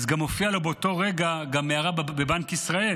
אז מופיעה לו באותו רגע גם הערה בבנק ישראל